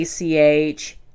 ACH